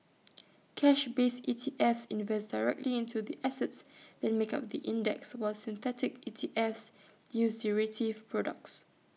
cash based E T Fs invest directly into the assets that make up the index while synthetic E T Fs use derivative products